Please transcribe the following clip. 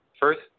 First